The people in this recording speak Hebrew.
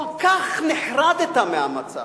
כל כך נחרדת מהמצב,